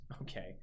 okay